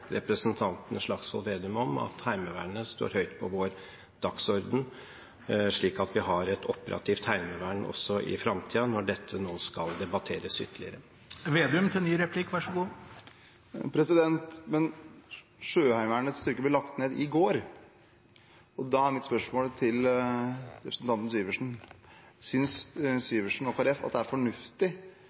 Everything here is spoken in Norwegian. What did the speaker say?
representanten Slagsvold Vedum om at Heimevernet står høyt på vår dagsorden, slik at vi har et operativt heimevern også i framtiden, når dette nå skal debatteres ytterligere. Sjøheimevernets styrker ble lagt ned i går. Da er mitt spørsmål til representanten Syversen: Synes Syversen og Kristelig Folkeparti at det er fornuftig